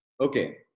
Okay